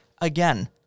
again